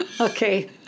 Okay